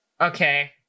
Okay